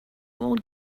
old